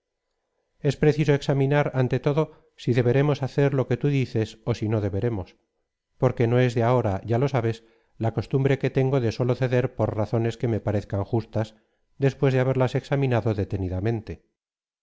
es preciso examinar ante todo si deberem ip cer lo que tú dices ó si no deberemos porque no es de ahora ya lo sabes la costumbre que tengo de sólo ceder por razones queme parezcan justas después de haberlas examinado detenidamente